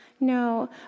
No